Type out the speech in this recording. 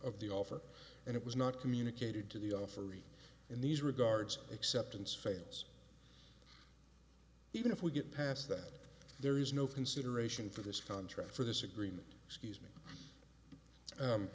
of the offer and it was not communicated to the offeree in these regards acceptance fails even if we get past that there is no consideration for this contract for this agreement